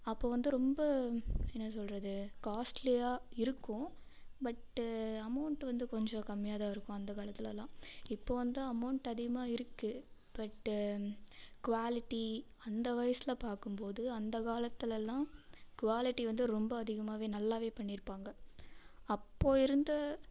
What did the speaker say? அப்போது வந்து ரொம்ப என்ன சொல்லுறது காஸ்ட்லியாக இருக்கும் பட்டு அமௌண்ட்டு வந்து கொஞ்சம் கம்மியாக தான் இருக்கும் அந்த காலத்திலலாம் இப்போது வந்து அமௌண்ட் அதிகமாக இருக்குது பட்டு குவாலிட்டி அந்த வைஸில் பார்க்கும்போது அந்த காலத்திலலாம் குவாலிட்டி வந்து ரொம்ப அதிகமாவே நல்லாவே பண்ணியிருப்பாங்க அப்போது இருந்த